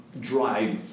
drive